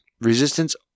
Resistance